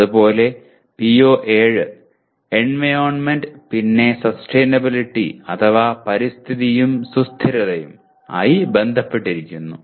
അതുപോലെ PO7 environment പിന്നെ sustainability അഥവാ പരിസ്ഥിതിയും സുസ്ഥിരതയും ആയി ബന്ധപ്പെട്ടിരിക്കുന്നു